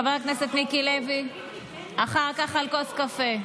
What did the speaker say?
חבר הכנסת מיקי לוי, אחר כך, על כוס קפה.